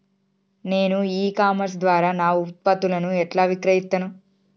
నేను e commerce ద్వారా నా ఉత్పత్తులను ఎట్లా విక్రయిత్తను?